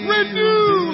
Renew